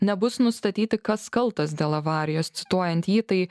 nebus nustatyti kas kaltas dėl avarijos cituojant jį tai